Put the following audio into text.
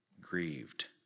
grieved